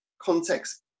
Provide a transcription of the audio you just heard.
context